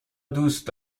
دوست